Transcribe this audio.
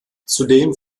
zudem